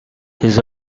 his